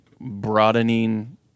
broadening